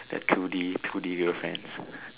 the two-D two-D girlfriends